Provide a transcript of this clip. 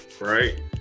Right